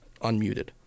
Unmuted